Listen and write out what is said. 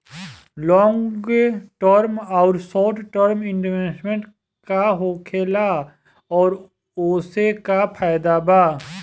Long term आउर short term investment का होखेला और ओसे का फायदा बा?